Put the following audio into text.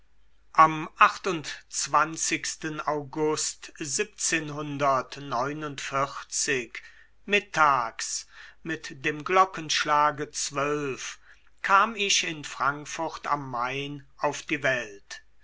am august mittags mit dem glockenschlage zwölf kam ich in frankfurt am main auf die welt